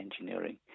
engineering